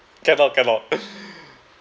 cannot cannot